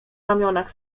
ramionach